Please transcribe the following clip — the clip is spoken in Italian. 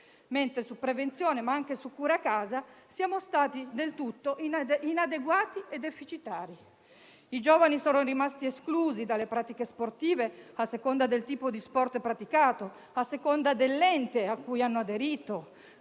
mentre su prevenzione, ma anche su cure a casa, siamo stati del tutto inadeguati e deficitari. I giovani sono rimasti esclusi dalle pratiche sportive a seconda del tipo sport praticato o a seconda dell'ente a cui hanno aderito.